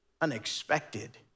unexpected